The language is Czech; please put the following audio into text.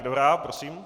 Dobrá, prosím.